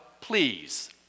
please